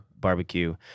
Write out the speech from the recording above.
Barbecue